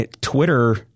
Twitter